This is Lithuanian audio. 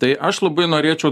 tai aš labai norėčiau